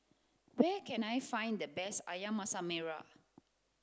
where can I find the best ayam masak merah